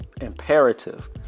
imperative